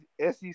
SEC